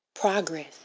progress